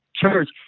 Church